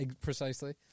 precisely